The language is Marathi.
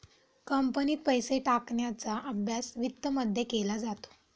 कंपनीत पैसे टाकण्याचा अभ्यास वित्तमध्ये केला जातो